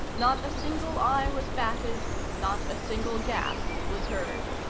not a single eye was batted. not a single gasp was heard.